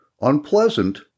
Unpleasant